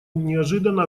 неожиданно